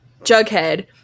Jughead